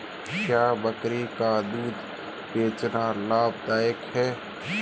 क्या बकरी का दूध बेचना लाभदायक है?